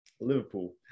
Liverpool